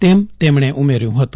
તેમ તેમણે ઉમેર્યું હતું